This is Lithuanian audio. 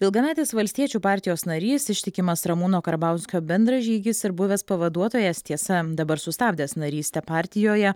ilgametis valstiečių partijos narys ištikimas ramūno karbauskio bendražygis ir buvęs pavaduotojas tiesa dabar sustabdęs narystę partijoje